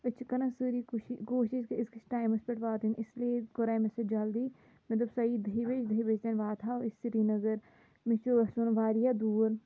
أسۍ چھِ کَران سٲرِی کوٗشِش کوٗشِش کہِ أسۍ گٔژھ ٹایمَس پٮ۪ٹھ واتٕنۍ اِسلیے کوٚراے مےٚ سُہ جلدی مےٚ دوٚپ سۄ یِیہِ دَہہِ بَجہِ دَہہِ بَجہِ تانۍ واتہٕ ہاو أسۍ سریٖنگر مےٚ چھُ گژھُن واریاہ دوٗر